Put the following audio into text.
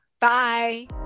Bye